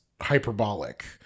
hyperbolic